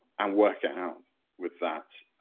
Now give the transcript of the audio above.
and work it out with that.